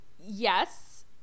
Yes